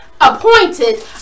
appointed